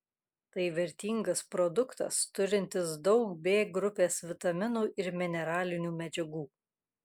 tai vertingas produktas turintis daug b grupės vitaminų ir mineralinių medžiagų